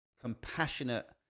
compassionate